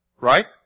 right